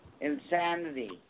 Insanity